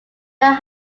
not